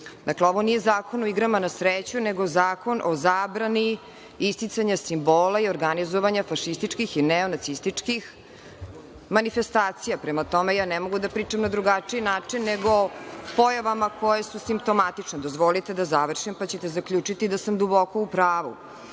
Tepić** Ovo nije Zakon o igrama na sreću, nego Zakon o zabrani isticanja simbola i organizovanja fašističkih i neonacističkih manifestacija. Prema tome, ja ne mogu da pričam na drugačiji način nego o pojavama koje su simptomatične. Dozvolite da završim, pa ćete zaključiti da sam duboko u pravu. Dakle,